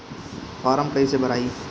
Form कईसे भराई?